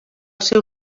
seu